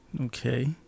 Okay